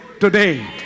today